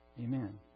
Amen